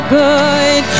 good